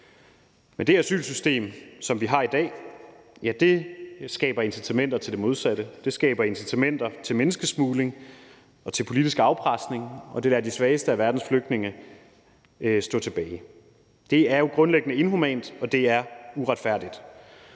Men det asylsystem, som vi har i dag, skaber incitamenter til det modsatte. Det skaber incitamenter til menneskesmugling og til politisk afpresning, og det lader de svageste af verdens flygtninge stå tilbage. Det er jo grundlæggende inhumant, og det er uretfærdigt.